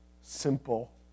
simple